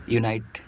unite